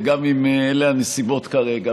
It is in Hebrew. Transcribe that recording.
גם אם אלה הנסיבות כרגע.